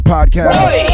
Podcast